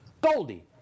Goldie